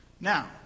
Now